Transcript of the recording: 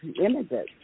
images